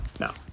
no